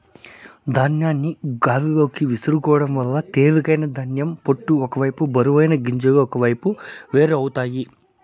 ధాన్యాన్ని గాలిలోకి విసురుకోవడం వల్ల తేలికైన ధాన్యం పొట్టు ఒక వైపు బరువైన గింజలు ఒకవైపు వేరు అవుతాయి